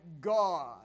God